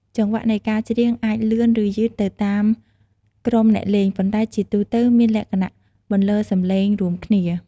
ចង្វាក់នៃការច្រៀងអាចលឿន ឬយឺតទៅតាមក្រុមអ្នកលេង ប៉ុន្តែជាទូទៅមានលក្ខណៈបន្លឺសំឡេងរួមគ្នា។